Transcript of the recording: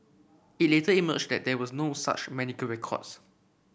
it later emerged that there were no such medical records